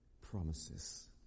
Promises